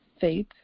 faith